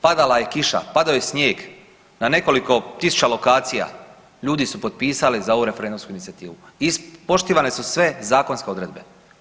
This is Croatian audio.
Padala je kiša, padao je snijeg, na nekoliko tisuća lokacija ljudi su potpisali za ovu referendumsku inicijativu, ispoštivane su sve zakonske odredbe.